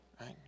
right